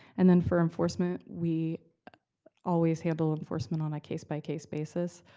and then for enforcement, we always handle enforcement on a case-by-case basis.